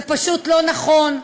זה פשוט לא נכון,